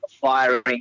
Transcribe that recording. firing